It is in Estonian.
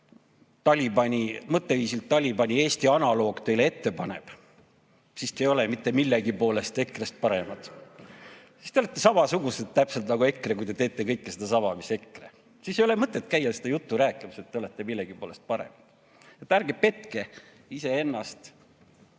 seal see mõtteviisilt Talibani Eesti analoog teile ette paneb, siis te ei ole mitte millegi poolest EKRE‑st paremad. Siis te olete täpselt samasugused nagu EKRE, kui te teete kõike sedasama mis EKRE. Siis ei ole mõtet käia seda juttu rääkimas, et te olete millegipoolest paremad. Ärge petke iseennast